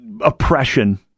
oppression